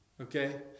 okay